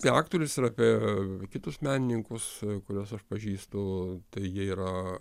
apie aktorius ir apie kitus menininkus kuriuos aš pažįstu tai jie yra